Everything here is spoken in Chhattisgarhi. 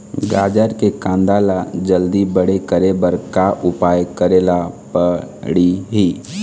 गाजर के कांदा ला जल्दी बड़े करे बर का उपाय करेला पढ़िही?